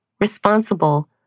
responsible